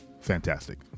Fantastic